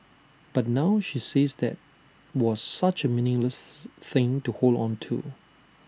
but now she says that was such A meaningless thing to hold on to